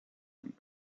him